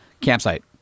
campsite